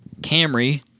Camry